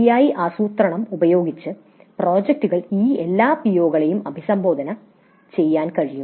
ശരിയായ ആസൂത്രണം ഉപയോഗിച്ച് പ്രോജക്റ്റുകൾക്ക് ഈ എല്ലാ പിഒകളെയും അഭിസംബോധന ചെയ്യാൻ കഴിയും